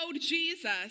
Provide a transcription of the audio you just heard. Jesus